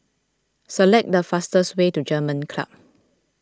select the fastest way to German Club